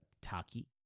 taki